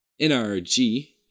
NRG